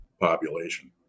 population